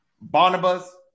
Barnabas